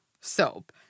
soap